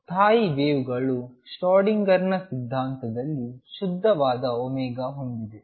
ಸ್ಥಾಯಿ ವೇವ್ಗಳು ಶ್ರೊಡಿಂಗರ್Schrödingerನ ಸಿದ್ಧಾಂತದಲ್ಲಿ ಶುದ್ಧವಾದ ω ಹೊಂದಿದೆ